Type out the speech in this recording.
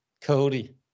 Cody